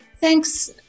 Thanks